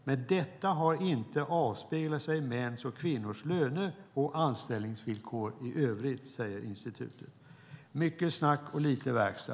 Men detta har inte avspeglat sig i mäns och kvinnors löner och anställningsvillkor i övrigt, skriver institutet. Alltså mycket snack och lite verkstad.